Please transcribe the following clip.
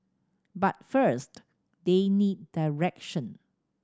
but first they need direction